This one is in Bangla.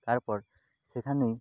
তারপর সেখানেই